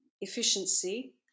efficiency